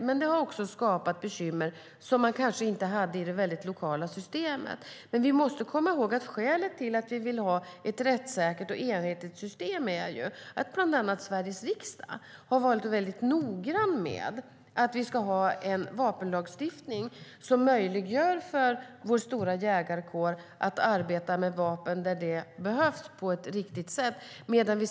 Men det har också skapat bekymmer som man kanske inte hade i det mycket lokala systemet. Men vi måste komma ihåg att skälet till att vi vill ha ett rättssäkert och enhetligt system är att bland andra Sveriges riksdag har varit mycket noggrann med att vi ska ha en vapenlagstiftning som möjliggör för vår stora jägarkår att arbeta med vapen där det behövs och på ett riktigt sätt.